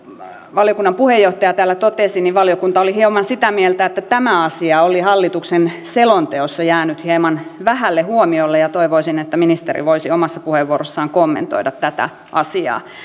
valiokunnan puheenjohtaja täällä totesi valiokunta oli hieman sitä mieltä että tämä asia oli hallituksen selonteossa jäänyt hieman vähälle huomiolle ja toivoisin että ministeri voisi omassa puheenvuorossaan kommentoida tätä asiaa